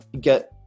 get